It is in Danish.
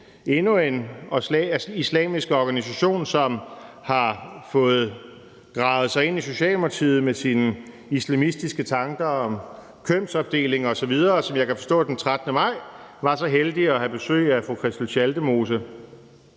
endnu en islamisk organisation, som har fået gravet sig ind i Socialdemokratiet med sine islamistisk tanker om kønsopdeling osv., og som jeg kan forstå den 13. maj var så heldig at have besøg af fru Christel Schaldemose.